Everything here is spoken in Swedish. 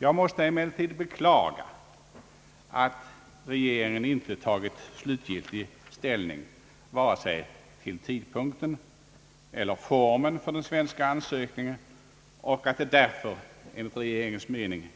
Jag måste emellertid beklaga att regeringen inte tagit slutgiltig ställning, vare sig till tidpunkten eller formen för den svenska ansökan, och att det därför enligt regeringens mening